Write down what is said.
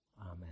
Amen